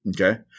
Okay